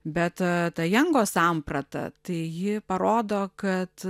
bet ta jango samprata tai ji parodo kad